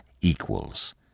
equals